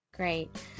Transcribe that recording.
Great